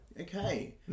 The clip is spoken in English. Okay